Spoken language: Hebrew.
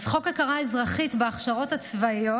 חוק הכרה אזרחית בהכשרות הצבאיות